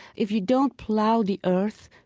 if you don't plow the earth,